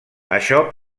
això